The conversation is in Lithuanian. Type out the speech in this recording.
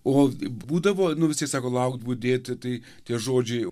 o būdavo nu vis tiek sako laukt budėti tai tie žodžiai